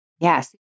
Yes